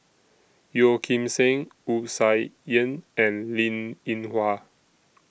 Yeo Kim Seng Wu Tsai Yen and Linn in Hua